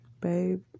babe